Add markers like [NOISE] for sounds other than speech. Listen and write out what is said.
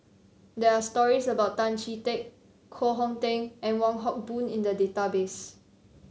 there are stories about Tan Chee Teck Koh Hong Teng and Wong Hock [NOISE] Boon in the database